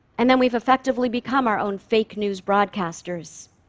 and then, we've effectively become our own fake-news broadcasters.